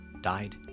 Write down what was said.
died